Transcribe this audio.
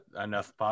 enough